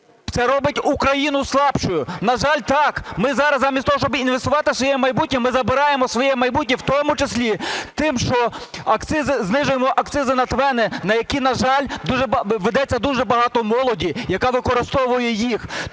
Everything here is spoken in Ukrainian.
це робить Україну слабшою, на жаль, так. Ми зараз замість того, щоб інвестувати в своє майбутнє, ми забираємо своє майбутнє в тому числі тим, що акцизи знижуємо, акцизи на ТВЕНи, на які, на жаль, ведеться дуже багато молоді, яка використовує їх.